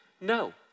No